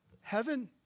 Heaven